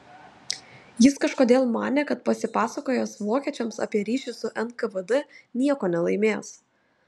jis kažkodėl manė kad pasipasakojęs vokiečiams apie ryšį su nkvd nieko nelaimės